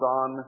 on